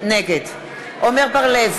נגד עמר בר-לב,